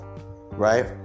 right